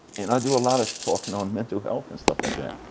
and i do a lot of talking on mental health and stuff like that.